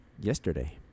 yesterday